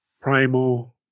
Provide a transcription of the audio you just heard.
Primal